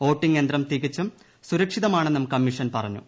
voting യന്ത്രം തികച്ചും സുരക്ഷിതമാണെന്നും കമ്മീഷൻ പറഞ്ഞു